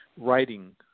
writing